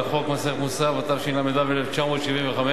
פרק ו' לחוק מס ערך מוסף, התשל"ו 1975,